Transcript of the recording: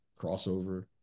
crossover